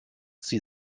sie